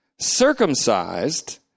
circumcised